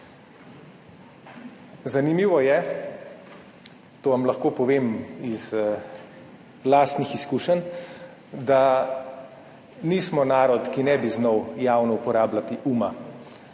Zanimivo je, to vam lahko povem iz lastnih izkušenj, da nismo narod, ki ne bi znal javno uporabljati uma.